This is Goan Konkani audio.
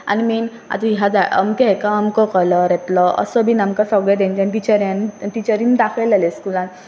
आनी मेन आतां ह्या जाय अमके हेका अमको कलर येतलो असो बीन आमकां सगळे तेंच्या टिचऱ्यांनी टिचरीन दाखयलेलें स्कुलान